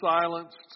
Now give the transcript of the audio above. silenced